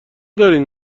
دارین